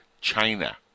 China